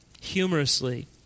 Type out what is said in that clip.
Humorously